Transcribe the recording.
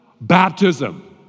baptism